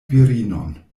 virinon